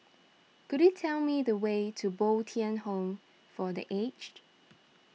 could you tell me the way to Bo Tien Home for the Aged